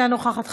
אינה נוכחת.